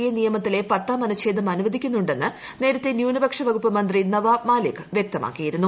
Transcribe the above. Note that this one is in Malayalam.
എ നിയമത്തിലെ പത്താം അനുച്ഛേദം അനുവദിക്കുന്നുണ്ടെന്ന് നേരത്തെ ന്യൂനപക്ഷ വകുപ്പ് മന്ത്രി നവാബ് മാലിക് വ്യക്തമാക്കിയിരുന്നു